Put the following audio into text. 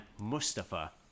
Mustafa